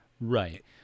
Right